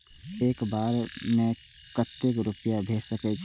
एक बार में केते रूपया भेज सके छी?